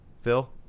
Phil